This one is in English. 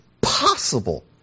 possible